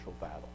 battle